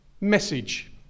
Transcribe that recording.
message